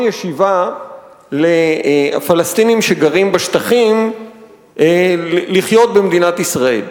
ישיבה לפלסטינים שגרים בשטחים לחיות במדינת ישראל.